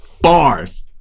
bars